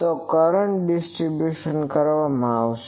તો કરંટનું ડિસ્ટરીબ્યુસન કરવામાં આવશે